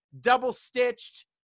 double-stitched